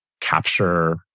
capture